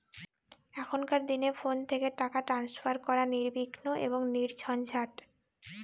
এখনকার দিনে ফোন থেকে টাকা ট্রান্সফার করা নির্বিঘ্ন এবং নির্ঝঞ্ঝাট